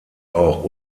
auch